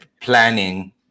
planning